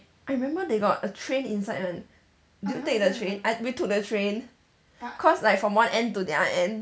I remember they got a train inside [one] did you take the train I we took the train cause like from one end to the other end